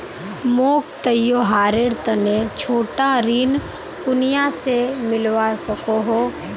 मोक त्योहारेर तने छोटा ऋण कुनियाँ से मिलवा सको हो?